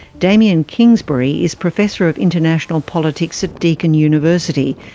damien kingsbury is professor of international politics at deakin university,